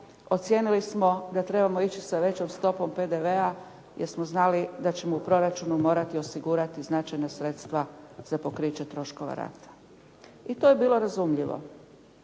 ocijenili smo da trebamo ići sa većom stopom PDV-a jer smo znali da ćemo u proračunu morati osigurati značajna sredstva za pokriće troškova rata. I to je bilo razumljivo.